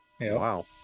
Wow